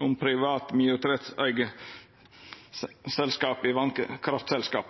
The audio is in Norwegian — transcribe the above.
om privat minoritetseigarskap i vasskraftselskap.